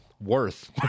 Worth